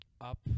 up